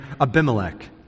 Abimelech